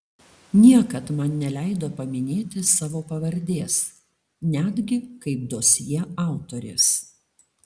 niekad man neleido paminėti savo pavardės netgi kaip dosjė autorės